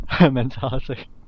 mentality